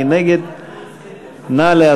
מי נגד?